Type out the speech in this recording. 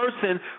person